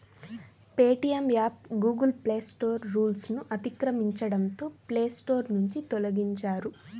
Paytm app Google Play Store రూల్స్ను అతిక్రమించడంతో Play Store నుంచి తొలగించారు